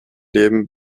leben